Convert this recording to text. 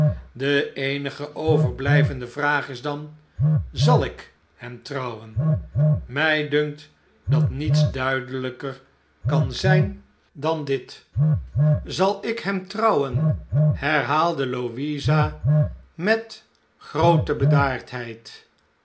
de eenige overblijvende vraag is dan zal ik hem trouwen mij dunkt dat niets duidelijker kan zijn dan dit zal ik hem trouwen herhaalde louisa met groote